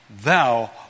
thou